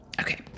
okay